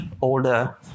older